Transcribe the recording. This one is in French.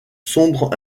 sombres